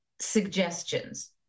suggestions